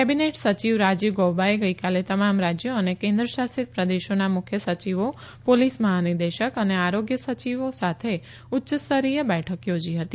cabinet સચિવ રાજીવ ગૌબાએ ગઈકાલે તમામ રાજ્યો અને કેન્દ્ર શાસિત પ્રદેશોના મુખ્ય સચિવો પોલીસ મહાનિદેશક અને આરોગ્ય સચિવો સાથે ઉચ્ય સ્તરીય બેઠક યોજી હતી